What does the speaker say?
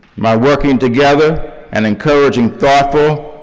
my working together and encouraging thoughtful,